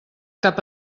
cap